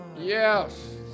Yes